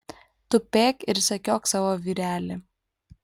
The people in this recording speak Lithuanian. tupėk ir sekiok savo vyrelį